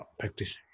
practice